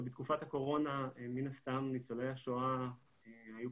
בתקופת הקורונה מן הסתם ניצולי השואה היו